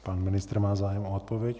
Pan ministr má zájem o odpověď.